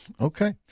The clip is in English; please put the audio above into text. Okay